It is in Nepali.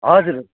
हजुर